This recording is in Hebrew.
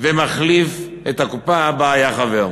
ומחליף את הקופה שבה הוא חבר.